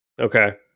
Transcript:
Okay